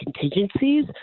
contingencies